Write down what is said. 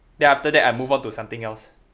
then after that I move on to something else